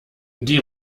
die